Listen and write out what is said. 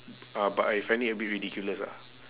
ah but I find it a bit ridiculous ah